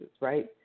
right